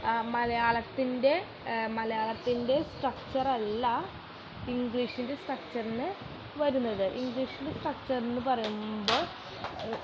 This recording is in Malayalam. മലയാളത്തിൻ്റെ മലയാളത്തിൻ്റെ സ്ട്രക്ച്ചറല്ല ഇംഗ്ലീഷിൻ്റെ സ്ട്രക്ച്ചറിൽ വരുന്നത് ഇംഗ്ലീഷിൻ്റെ സ്ട്രക്ച്ചറെന്നു പറയുമ്പോൾ